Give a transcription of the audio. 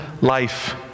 life